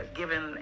given